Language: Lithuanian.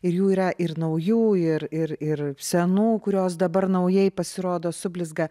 ir jų yra ir naujų ir ir ir senų kurios dabar naujai pasirodo sublizga